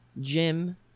Jim